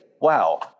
wow